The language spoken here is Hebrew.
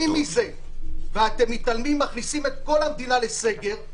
אתם מתעלמים מזה ומכניסים את כל המדינה לסגר.